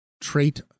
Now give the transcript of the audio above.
trait